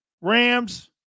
Rams